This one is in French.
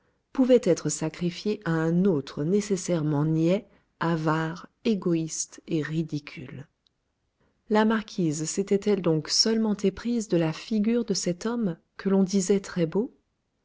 pouvait être sacrifié à un autre nécessairement niais avare égoïste et ridicule la marquise s'était-elle donc seulement éprise de la figure de cet homme que l'on disait